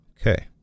Okay